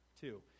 two